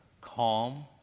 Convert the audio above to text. calm